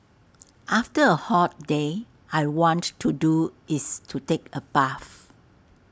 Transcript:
after A hot day I want to do is to take A bath